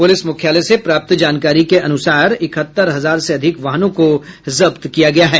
प्रलिस मुख्यालय से प्राप्त जानकारी के अनुसार इकहत्तर हजार से अधिक वाहनों को जब्त किया गया है